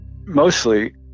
mostly